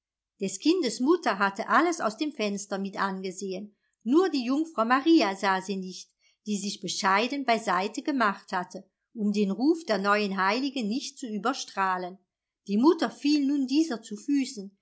des kindes mutter hatte alles aus dem fenster mit angesehen nur die jungfrau maria sah sie nicht die sich bescheiden bei seite gemacht hatte um den ruf der neuen heiligen nicht zu überstrahlen die mutter fiel nun dieser zu füßen